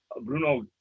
Bruno